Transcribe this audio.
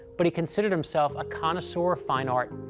but he considered himself a connoisseur of fine art.